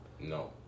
No